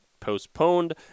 postponed